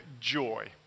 joy